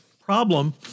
problem